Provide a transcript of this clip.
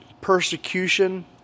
persecution